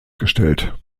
gestellt